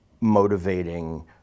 motivating